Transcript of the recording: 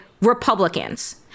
Republicans